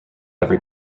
every